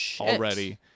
already